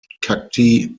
cacti